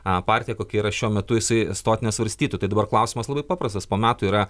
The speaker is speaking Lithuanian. a partiją kokia yra šiuo metu jisai stot nesvarstytų tai dabar klausimas labai paprastas po metų yra